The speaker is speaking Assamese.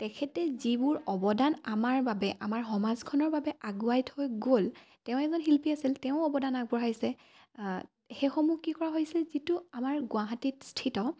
তেখেতে যিবোৰ অৱদান আমাৰ বাবে আমাৰ সমাজখনৰ বাবে আগুৱাই থৈ গ'ল তেওঁ এজন শিল্পী আছিল তেওঁও অৱদান আগবঢ়াইছে সেইসমূহ কি কৰা হৈছে যিটো আমাৰ গুৱাহাটীত স্থিত